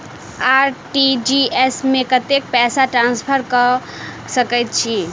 RTGS मे कतेक पैसा ट्रान्सफर कऽ सकैत छी?